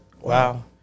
wow